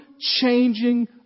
changing